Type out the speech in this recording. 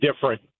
different